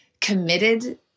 committed